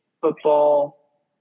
football